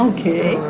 Okay